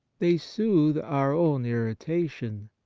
they soothe our own irritation,